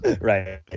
Right